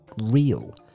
real